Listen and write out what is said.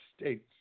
states